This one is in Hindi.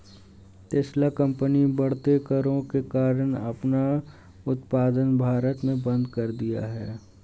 टेस्ला कंपनी बढ़ते करों के कारण अपना उत्पादन भारत में बंद कर दिया हैं